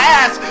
ass